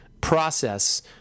process